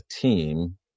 team